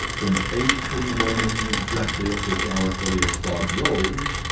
from eight in the morning, exactly at which hour phileas fogg rose,